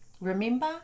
Remember